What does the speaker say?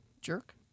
Jerk